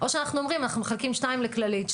או שאנחנו אומרים שמחלקים שניים לכללית,